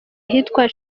ahitwa